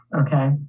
okay